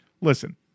Listen